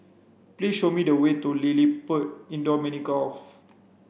please show me the way to LilliPutt Indoor Mini Golf